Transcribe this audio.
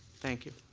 thank you.